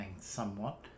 somewhat